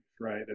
right